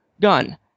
gun